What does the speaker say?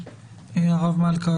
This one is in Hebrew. הרב מלכא,